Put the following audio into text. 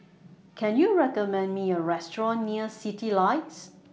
Can YOU recommend Me A Restaurant near Citylights